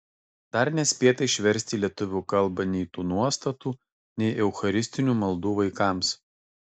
dar nespėta išversti į lietuvių kalbą nei tų nuostatų nei eucharistinių maldų vaikams